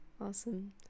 awesome